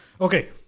okay